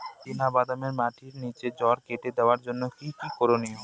চিনা বাদামে মাটির নিচে জড় কেটে দেওয়ার জন্য কি কী করনীয়?